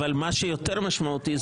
אבל מה שיותר משמעותי,